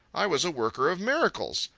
i was a worker of miracles.